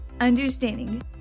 understanding